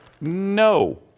No